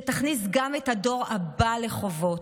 שתכניס גם את הדור הבא לחובות,